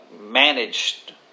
managed